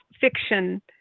fiction